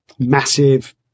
Massive